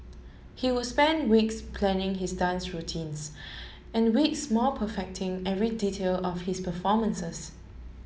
he would spend weeks planning his dance routines and weeks more perfecting every detail of his performances